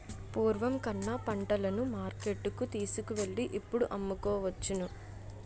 పూర్వం కన్నా పంటలను మార్కెట్టుకు తీసుకువెళ్ళి ఇప్పుడు అమ్ముకోవచ్చును